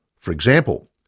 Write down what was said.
for example,